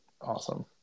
awesome